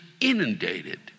inundated